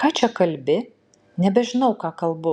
ką čia kalbi nebežinau ką kalbu